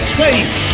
safe